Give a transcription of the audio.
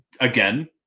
again